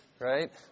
Right